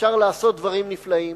אפשר לעשות דברים נפלאים.